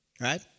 Right